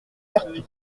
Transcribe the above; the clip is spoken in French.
vertou